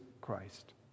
Christ